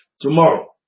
tomorrow